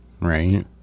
Right